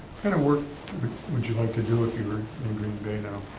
kind of work would you like to do if you were in green bay now?